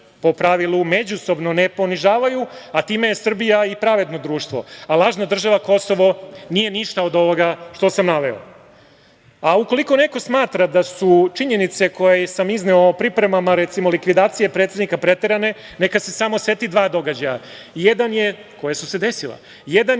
po pravilu, međusobno ne ponižavaju, a time je Srbija i pravedno društvo. A lažna država Kosovo nije ništa od ovoga što sam naveo. Ukoliko neko smatra da su činjenice koje sam izneo o pripremama, recimo, likvidacije predsednika, preterane, neka se samo seti dva događaja koja su se desila. Jedan